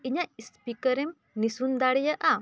ᱤᱧᱟᱹᱜ ᱮᱢ ᱱᱤᱥᱩᱱ ᱫᱟᱲᱮᱭᱟᱜᱼᱟ